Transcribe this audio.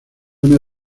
una